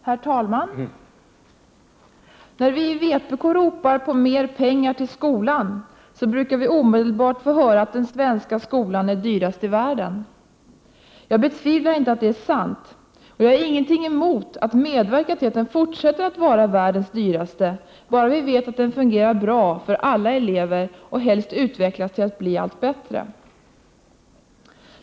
Herr talman! När vi i vpk ropar på mer pengar till skolan, brukar vi omedelbart få höra att den svenska skolan är dyrast i världen. Jag betvivlar inte att det är sant, och jag har ingenting emot att medverka till att den — Prot. 1988/89:120 fortsätter att vara världens dyraste, bara vi vet att den fungerar bra för alla 24 maj 1989 elever och helst utvecklas till att bli allt bättre.